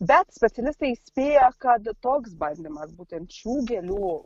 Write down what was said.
bet specialistai įspėja kad toks bandymas būtent šių gėlių